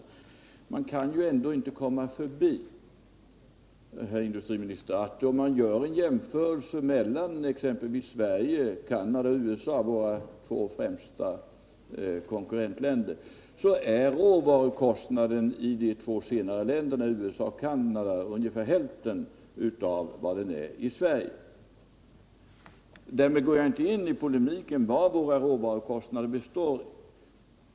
Men man kan ju ändå inte komma förbi att om man gör en jämförelse mellan Sverige och Canada resp. USA — våra två främsta konkurrentländer — så är råvarukostnaderna i de två senare länderna ungefär hälften av vad de är i Sverige. Därmed går jag inte in i polemiken om vad våra råvarukostnader består i.